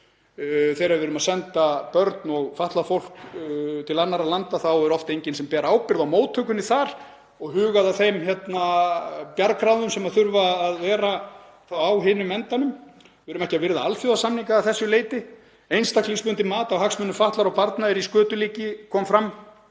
Þegar við erum að senda börn og fatlað fólk til annarra landa þá er oft enginn sem ber ábyrgð á móttökunni þar sem hugar að þeim bjargráðum sem þurfa að vera á hinum endanum. Við erum ekki að virða alþjóðasamninga að þessu leyti. Það kom fram að einstaklingsbundið mat á hagsmunum fatlaðra barna er í skötulíki og svo